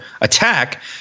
attack